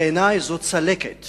ובעיני זאת צלקת